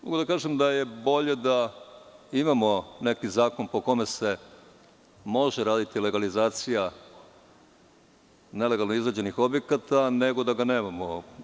Mogu da kažem da je bolje da imamo neki zakon po kome se može raditi legalizacija nelegalno izgrađenih objekata, nego da ga nemamo.